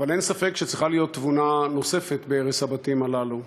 אבל אין ספק שצריכה להיות תבונה נוספת בהרס הבתים הללו.